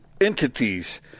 entities –